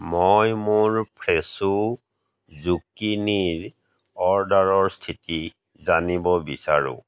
মই মোৰ ফ্ৰেছো জুকিনিৰ অৰ্ডাৰৰ স্থিতি জানিব বিচাৰোঁ